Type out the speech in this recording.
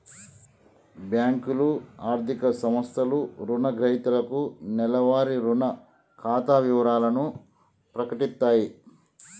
బ్యేంకులు, ఆర్థిక సంస్థలు రుణగ్రహీతలకు నెలవారీ రుణ ఖాతా వివరాలను ప్రకటిత్తయి